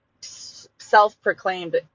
self-proclaimed